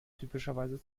typischerweise